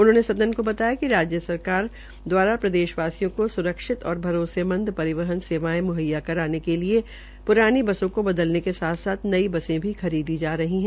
उन्होंने सदन को बताया कि राज्य सरकार द्वारा प्रदेशवासियों को सुरक्षित और भरोसेमंद परिवहन सेवाएं मुंहैया करवाने के के लिए पुरानी बसों को बदलने के साथ साथ नई बसें भी खरीदी जा रही हैं